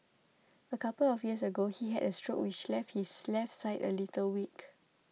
a couple of years ago he had a stroke which left his left side a little weak